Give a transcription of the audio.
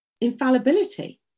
infallibility